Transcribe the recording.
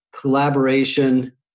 collaboration